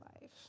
life